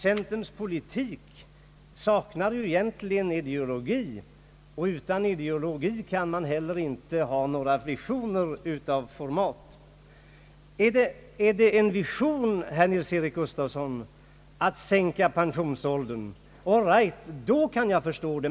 Centerns politik saknar egentligen ideologi, och utan ideologi kan man heller inte ha några visioner av format. Är det en vision, herr Nils-Eric Gustafsson, att sänka pensionsåldern — all right, det kan jag förstå.